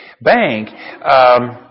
Bank